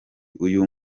uyu